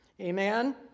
Amen